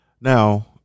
Now